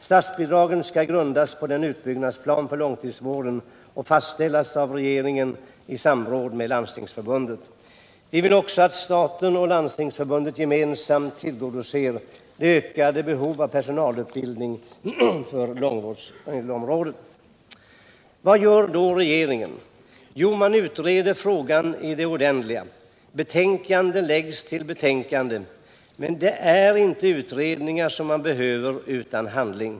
Statsbidragen skall grundas på utbyggnadsplanen för långtidsvården och fastställas av regeringen i samråd med Landstingsförbundet. Vi vill också att staten och Landstingsförbundet gemensamt tillgodoser de ökade behoven av personalutbildning för långvårdsområdet. Vad gör då regeringen? Jo, man utreder frågan i det oändliga. Betänkande läggs till betänkande, men det är inte utredningar som behövs, utan handling.